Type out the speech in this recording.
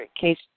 case